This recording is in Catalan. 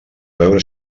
veure